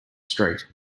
street